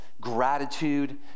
gratitude